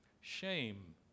Shame